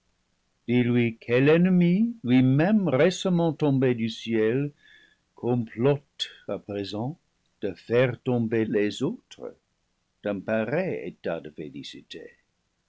ennemi lui même récemment tombé du ciel complote à présent de faire tomber les autres